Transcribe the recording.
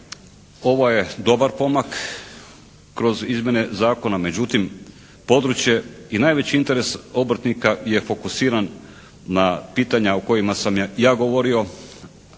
ovo je dobar pomak kroz izmjene zakona, međutim područje i najveći interes obrtnika je fokusiran na pitanja o kojima sam ja govorio.